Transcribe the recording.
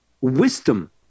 wisdom